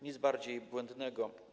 Nic bardziej błędnego.